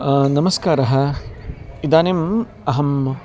नमस्कारः इदानीम् अहं